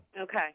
Okay